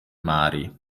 mari